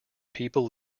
people